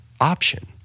option